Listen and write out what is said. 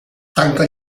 tanca